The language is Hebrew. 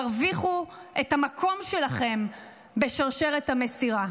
הרוויחו את המקום שלכם בשרשרת המסירה.